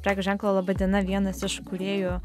prekių ženklo laba diena vienas iš kūrėjų